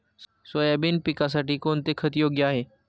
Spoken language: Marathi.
सोयाबीन पिकासाठी कोणते खत योग्य आहे?